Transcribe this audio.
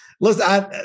listen